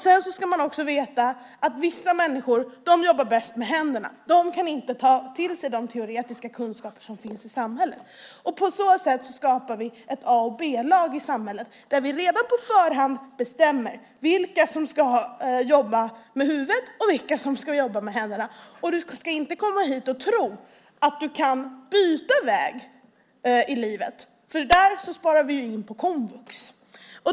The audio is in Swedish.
Man ska också veta att vissa människor jobbar bäst med händerna. De kan inte ta till sig de teoretiska kunskaper som finns i samhället. På så sätt skapar vi ett A och ett B-lag i samhället där vi redan på förhand bestämmer vilka som ska jobba med huvudet och vilka som ska jobba med händerna. Och du ska inte komma hit och tro att du kan byta väg i livet. Vi sparar ju in på komvux.